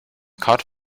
caught